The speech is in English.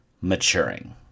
maturing